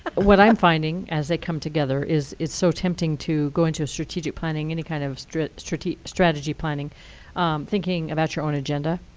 what i'm finding, as they come together, is it's so tempting to go into a strategic planning, any kind of strategic strategic planning thinking about your own agenda.